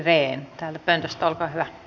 täältä pöntöstä olkaa hyvä